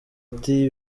ati